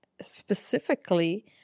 specifically